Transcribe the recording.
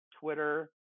Twitter